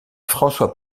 françois